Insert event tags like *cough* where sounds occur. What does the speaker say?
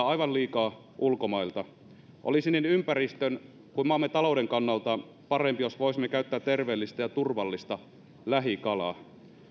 *unintelligible* aivan liikaa ulkomailta olisi niin ympäristön kuin maamme talouden kannalta parempi jos voisimme käyttää terveellistä ja turvallista lähikalaa